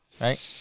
Right